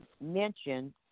mentioned